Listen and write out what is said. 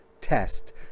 test